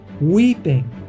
weeping